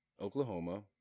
Oklahoma